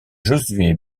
josué